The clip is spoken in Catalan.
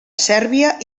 sèrbia